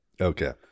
Okay